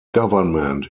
government